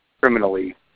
criminally